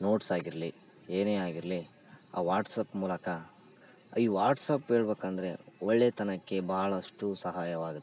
notes ಆಗಿರಲಿ ಏನೇ ಆಗಿರಲಿ ಆ ವಾಟ್ಸ್ಆ್ಯಪ್ ಮೂಲಕ ಈ ವಾಟ್ಸ್ಆ್ಯಪ್ ಹೇಳ್ಬೇಕ್ ಅಂದರೆ ಒಳ್ಳೆಯತನಕ್ಕೆ ಬಹಳಷ್ಟು ಸಹಾಯವಾಗುತ್ತೆ